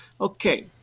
Okay